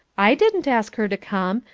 i didn't ask her to come,